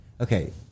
okay